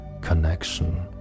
connection